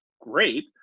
great